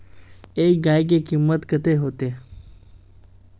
एक गाय के कीमत कते होते?